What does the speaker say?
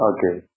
Okay